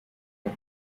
her